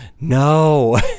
no